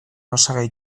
osagai